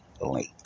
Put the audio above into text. link